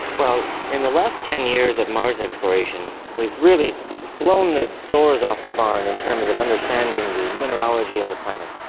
in the last ten years of mars exploration we've really blown the doors off the barn in terms of understanding the mineralogy of the planet,